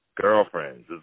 girlfriends